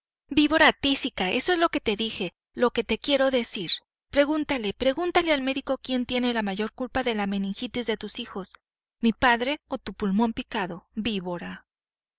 víbora tísica eso es lo que te dije lo que te quiero decir pregúntale pregúntale al médico quién tiene la mayor culpa de la meningitis de tus hijos mi padre o tu pulmón picado víbora